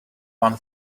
one